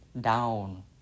down